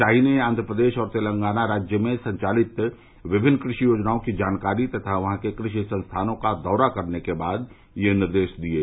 श्री शाही ने आंध्र प्रदेश और तेलंगाना राज्य में संचालित विभिन्न कृषि योजनाओं की जानकारी तथा वहां के कृषि संस्थानों का दौरा करने के बाद यह निर्देश दिये